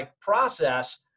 process